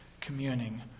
communing